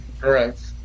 correct